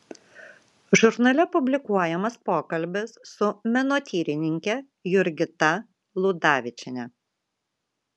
žurnale publikuojamas pokalbis su menotyrininke jurgita ludavičiene